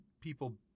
people